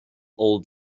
old